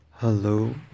Hello